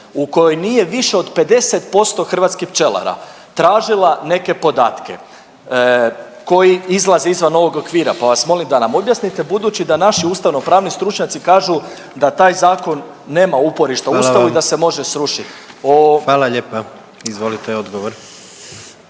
u kojoj nije više od 50% hrvatskih pčelara tražila neke podatke koji izlaze izvan ovog okvira. Pa vas molim da nam objasnite budući da naši ustavnopravni stručnjaci kažu da taj zakon nema uporišta u Ustavu …/Upadica: Hvala vam./… o